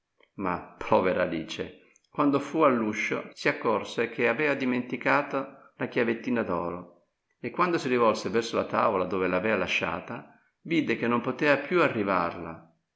giardino ma povera alice quando fu all'uscio si accorse che avea dimenticata la chiavettina d'oro e quando si rivolse verso la tavola dove l'avea lasciata vide che non potea più arrivarla